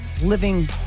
living